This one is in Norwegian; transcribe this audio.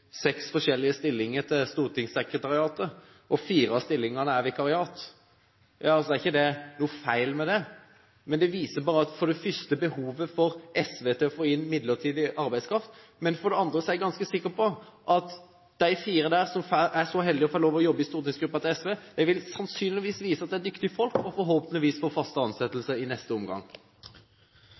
seks forskjellige stillinger til stortingsgruppa, og der fire av stillingene er vikariater. Det er ikke noe feil med det, og det viser for det første SVs behov for å få inn midlertidig arbeidskraft, og for det andre er jeg ganske sikker på at de fire som er så heldige å få lov til å jobbe i SVs stortingsgruppe, sannsynligvis vil vise at de er dyktige folk og forhåpentligvis få faste ansettelser i neste omgang.